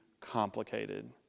complicated